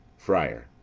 friar.